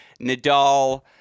Nadal